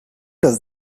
does